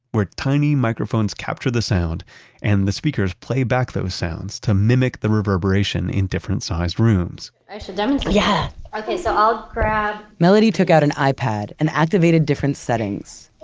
where tiny microphones capture the sound and the speakers play back those sounds to mimic the reverberation in different-sized rooms i should demonstrate. yeah. okay, so i'll grab, melody took out an ipad and activated different settings,